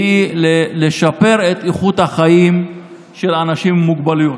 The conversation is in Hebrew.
והיא לשפר את איכות החיים של האנשים עם מוגבלויות.